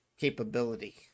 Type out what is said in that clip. capability